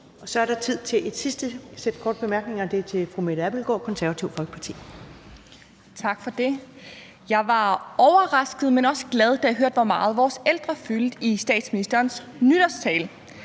: Så er der tid til et sidste sæt korte bemærkninger, og det er til fru Mette Abildgaard, Det Konservative Folkeparti. Kl. 23:00 Mette Abildgaard (KF) : Tak for det. Jeg blev overrasket, men også glad, da jeg hørte, hvor meget vores ældre fyldte i statsministerens nytårstale,